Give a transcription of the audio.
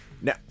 Now